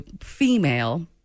female